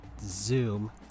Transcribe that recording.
zoom